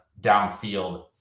downfield